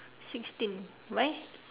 sixteen why